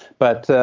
but